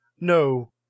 No